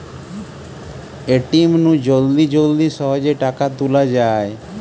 ATM নু জলদি জলদি সহজে টাকা তুলা যায়